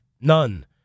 None